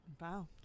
Wow